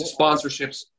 sponsorships